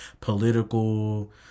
political